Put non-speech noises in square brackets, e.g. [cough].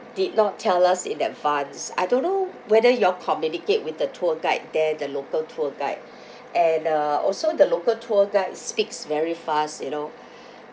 did not tell us in advance I don't know whether you all communicate with the tour guide there the local tour guide [breath] and uh also the local tour guide speaks very fast you know [breath]